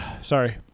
sorry